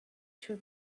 two